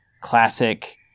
classic